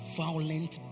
violent